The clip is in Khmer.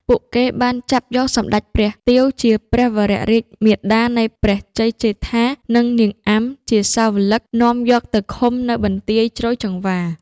ពួកគេបានចាប់យកសម្តេចព្រះទាវជាព្រះវររាជមាតានៃព្រះជ័យជេដ្ឋា និង នាងអាំ ជាសាវឡិក នាំយកទៅឃុំនៅ បន្ទាយជ្រោយចង្វា។